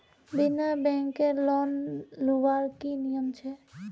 बिना बैंकेर लोन लुबार की नियम छे?